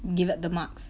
give up the marks